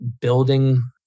building